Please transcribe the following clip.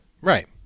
Right